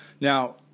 Now